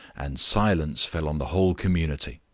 and silence fell on the whole community.